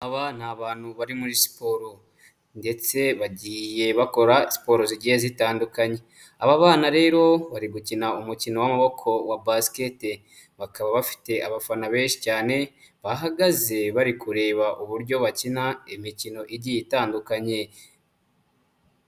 Ni abantu bari muri siporo ndetse bagiye bakora siporo zigiye zitandukanye, aba bana rero bari gukina umukino w'amaboko wa basikete, bakaba bafite abafana benshi cyane, bahagaze bari kureba uburyo bakina imikino igiye itandukanye.